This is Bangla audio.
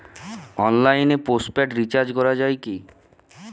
অনলাইনে পোস্টপেড রির্চাজ করা যায় কি?